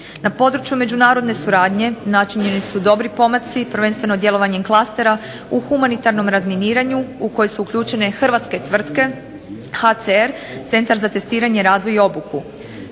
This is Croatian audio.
Na području međunarodne suradnje načinjeni su dobri pomaci, prvenstveno djelovanjem klastera u humanitarnom razminiranju u koje su uključene hrvatske tvrtke HCR, Centar za testiranje, razvoj i obuku.